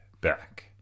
back